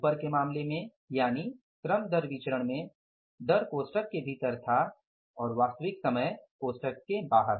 ऊपर के मामले में यानि श्रम दर विचरण में दर कोष्ठक के भीतर था और वास्तविक समय कोष्ठक के बाहर